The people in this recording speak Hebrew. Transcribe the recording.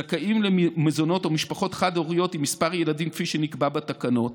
זכאים למזונות או משפחות חד-הוריות עם מספר ילדים כפי שנקבע בתקנות,